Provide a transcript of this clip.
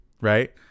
right